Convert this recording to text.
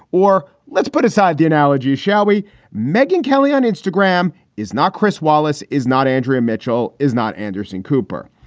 or let's put aside the analogy, shall we? meghan kelly on instagram is not. chris wallace is not. andrea mitchell is not anderson cooper.